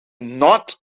not